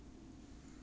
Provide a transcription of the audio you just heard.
no